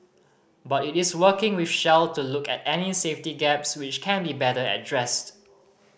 but it is working with Shell to look at any safety gaps which can be better addressed